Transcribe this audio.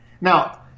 Now